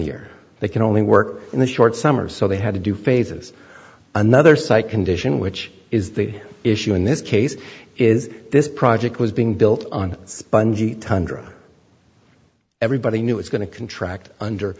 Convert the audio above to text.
e they can only work in the short summer so they had to do phases another site condition which is the issue in this case is this project was being built on spongy tundra everybody knew it's going to contract under